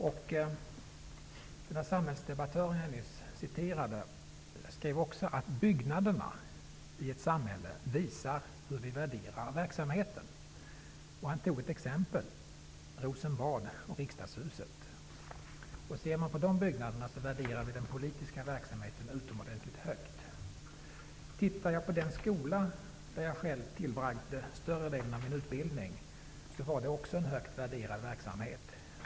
Denne samhällsdebattör som jag nyss talade om skrev också att byggnaderna i ett samhälle visar hur vi värderar verksamheten. Han tog Rosenbad och Riksdagshuset som exempel. På de byggnaderna ser man att vi värderar den politiska verksamheten utomordentligt högt. I den skola där jag fick större delen av min utbildning fanns det också en högt värderad verksamhet.